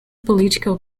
political